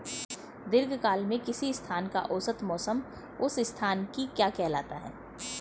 दीर्घकाल में किसी स्थान का औसत मौसम उस स्थान की क्या कहलाता है?